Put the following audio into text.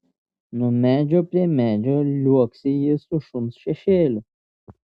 nuo medžio prie medžio liuoksi jis su šuns šešėliu